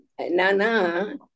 Nana